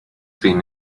been